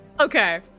Okay